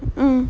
mm